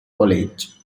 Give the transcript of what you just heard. college